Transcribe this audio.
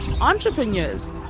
entrepreneurs